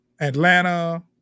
Atlanta